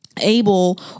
able